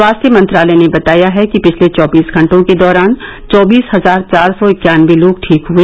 स्वास्थ्य मंत्रालय ने बताया है कि पिछले चौबीस घटों के दौरान चौबीस हजार चार सौ इक्यानवे लोग ठीक हुए